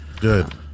Good